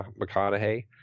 McConaughey